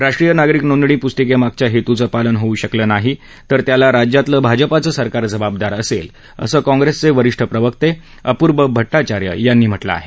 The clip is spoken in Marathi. राष्ट्रीय नागरिक नोंदणी पुस्तिकेमागच्या हेतूचं पालन होऊ शकलं नाही तर त्याला राज्यातलं भाजपाचं सरकार जबाबदार असेल असं कॉंप्रेसचे वरिष्ठ प्रवक्ते अपूर्व भट्टाचार्य यांनी म्हटलं आहे